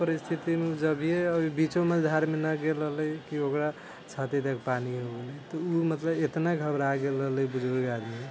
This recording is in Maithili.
ओ परिस्थितिमे जभिए बीचो मझधारमे नहि गेल रहलै कि ओकरा छातीतक पानी हो गेलै तऽ ओ मतलब एतना घबरा गेल रहलै बुजुर्ग आदमी